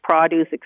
produce